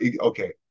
okay